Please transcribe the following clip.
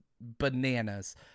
bananas